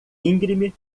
íngreme